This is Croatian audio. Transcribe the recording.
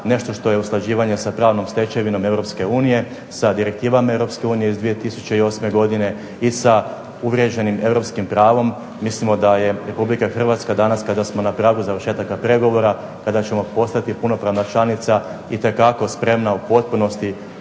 nešto što je usklađivanje sa pravnom stečevinom Europske unije, sa direktivama Europske unije iz 2008. godine i sa uvriježenim europskim pravom, mislimo da je Republika Hrvatska danas kada smo na tragu završetaka pregovora, kada ćemo postati punopravna članica itekako spremna u potpunosti